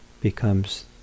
becomes